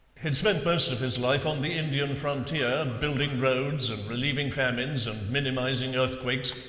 he'd spent most of his life on the indian frontier, building roads, and relieving famines and minimizing earthquakes,